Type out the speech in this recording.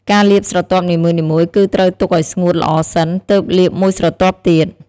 ការលាបស្រទាប់នីមួយៗ គឺត្រូវទុកឱ្យស្ងួតល្អសិន ទើបលាបមួយស្រទាប់ទៀត។